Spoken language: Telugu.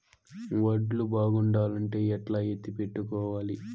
వడ్లు బాగుండాలంటే ఎట్లా ఎత్తిపెట్టుకోవాలి?